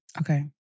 Okay